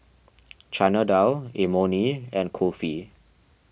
Chana Dal Imoni and Kulfi